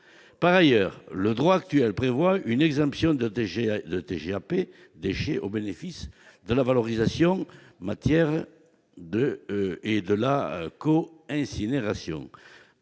Par ailleurs, le droit actuel prévoit une exemption de la TGAP déchets en cas de valorisation matière et de co-incinération